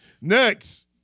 Next